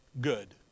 good